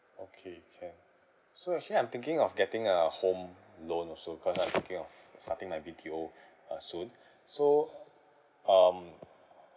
okay can so actually I'm thinking of getting a home loan also cause I'm thinking of starting my B_T_O uh soon so um